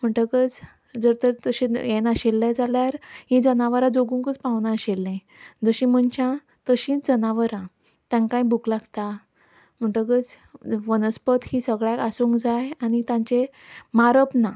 म्हणटकच जर तर तशें अशें हें नाशिल्लें जाल्यार हीं जनावरां जगुंकूच पावनाशिल्लीं जशीं मनशां तशींच जनावरां तांकांय भूक लागता म्हणटकच वनस्पत ही सगळ्याक आसूंक जाय आनी तांचे मारप ना